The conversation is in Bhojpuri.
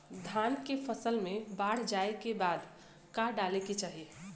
धान के फ़सल मे बाढ़ जाऐं के बाद का डाले के चाही?